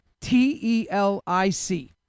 T-E-L-I-C